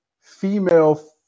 female